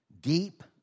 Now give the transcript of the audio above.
deep